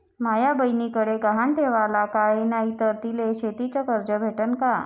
माया बयनीकडे गहान ठेवाला काय नाही तर तिले शेतीच कर्ज भेटन का?